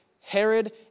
Herod